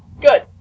good